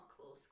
close